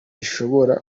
rishobora